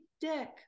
dick